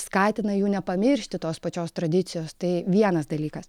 skatina jų nepamiršti tos pačios tradicijos tai vienas dalykas